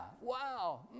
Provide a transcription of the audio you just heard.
wow